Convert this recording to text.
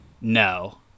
No